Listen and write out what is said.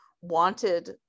wanted